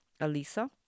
alisa